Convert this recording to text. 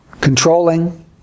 controlling